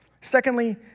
Secondly